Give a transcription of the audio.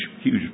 huge